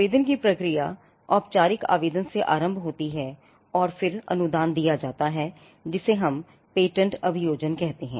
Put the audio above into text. आवेदन की प्रक्रिया औपचारिक आवेदन से आरम्भ होती हैऔर फिर अनुदान दिया जाता है जिसे हम पेटेंट अभियोजन कहते हैं